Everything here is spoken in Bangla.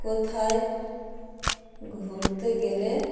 কোথাও ঘুরতে গেলে